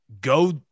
go